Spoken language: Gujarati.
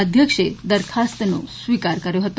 અધ્યક્ષે દરખાસ્તનો સ્વીકાર કર્યો છે